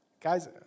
guys